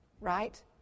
right